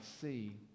see